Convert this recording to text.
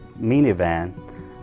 minivan